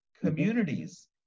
communities